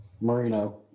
Marino